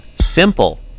Simple